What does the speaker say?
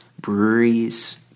breweries